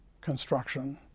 construction